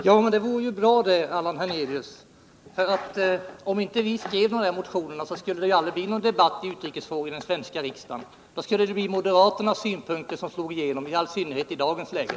Fru talman! Ja, men om vi inte skrev alla dessa motioner, Allan Hernelius, skulle det inte bli några debatter i utrikesfrågor i den svenska riksdagen. Då skulle moderaternas synpunkter komma att helt slå igenom, i all synnerhet i dagens läge.